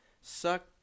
suck